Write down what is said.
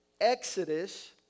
exodus